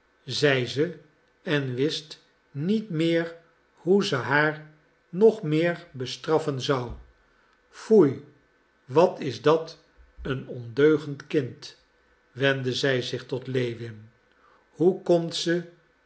zei ze en wist niet meer hoe ze haar nog meer bestraffen zou foei wat is dat een ondeugend kind wendde zij zich tot lewin hoe komt ze